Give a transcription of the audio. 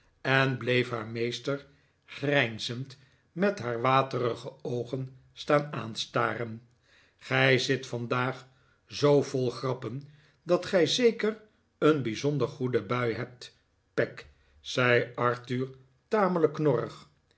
en bleef haar meester grijnzend met haar waterige oogen staan aanstaren gij zit vandaag zoo vol grappen dat gij zeker een bijzonder goede bui hebt peg zei arthur tamelijk knorrig